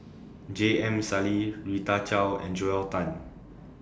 J M Sali Rita Chao and Joel Tan